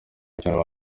mukino